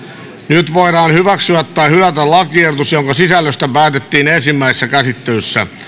nyt voidaan hyväksyä tai hylätä lakiehdotus jonka sisällöstä päätettiin ensimmäisessä käsittelyssä